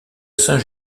saint